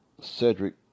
Cedric